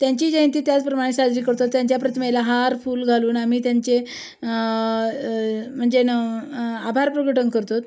त्यांचीही जयंती त्याचप्रमाणे साजरी करतो आहोत त्यांच्या प्रतिमेला हार फूल घालून आम्ही त्यांचे म्हणजे न आभारप्रकटन करतो आहोत